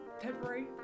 Temporary